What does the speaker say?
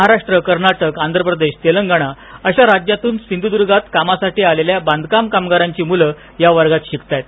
महाराष्ट्र कर्नाटक आंध्रप्रदेश तेलंगणा अशा राज्यातून सिंधुदुर्गात कामासाठी आलेल्या बांधकाम कामगारांची मुल या वर्गात शिकताहेत